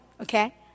Okay